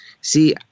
See